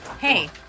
Hey